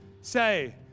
say